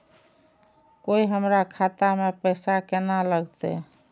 कोय हमरा खाता में पैसा केना लगते?